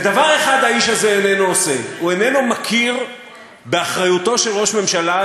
ודבר אחד האיש הזה איננו עושה: הוא איננו מכיר באחריותו של ראש ממשלה,